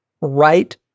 right